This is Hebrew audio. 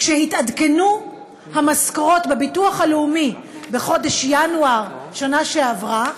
כשהתעדכנו המשכורות בביטוח הלאומי בחודש ינואר בשנה שעברה,